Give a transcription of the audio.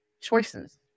choices